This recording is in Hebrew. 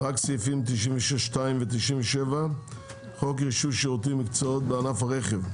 סעיפים 96(2) ו-97 (חוק רישוי שירותים ומקצועות בענף הרכב)